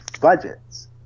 budgets